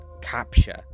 capture